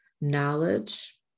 knowledge